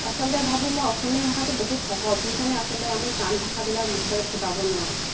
আচলতে ভাবোঁ মই অসমীয়া ভাষাটো বহুত সহজ সেইকাৰণে আচলতে আমি টান ভাষাবিলাক মুখেৰে ফুটাব নোৱাৰোঁ